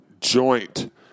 joint